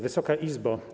Wysoka Izbo!